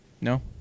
No